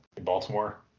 Baltimore